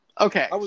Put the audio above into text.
Okay